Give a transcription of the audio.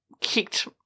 kicked